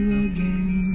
again